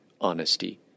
honesty